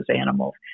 animals